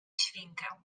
świnkę